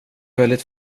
väldigt